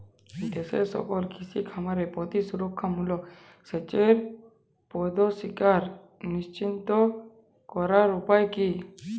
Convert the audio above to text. দেশের সকল কৃষি খামারে প্রতিরক্ষামূলক সেচের প্রবেশাধিকার নিশ্চিত করার উপায় কি?